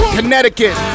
Connecticut